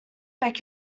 beg